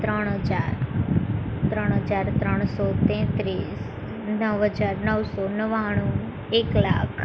ત્રણ હજાર ત્રણ હજાર ત્રણસો તેંત્રીસ નવ હજાર નવસો નવ્વાણું એક લાખ